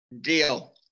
deal